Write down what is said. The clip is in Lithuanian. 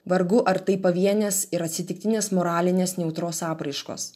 vargu ar tai pavienės ir atsitiktinės moralinės nejautros apraiškos